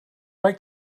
like